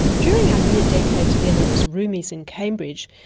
during our near decade together as roomies in cambridge,